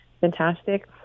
fantastic